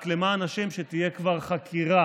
רק למען השם, שתהיה כבר חקירה